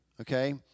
okay